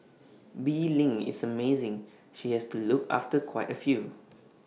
bee Ling is amazing she has to look after quite A few